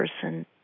person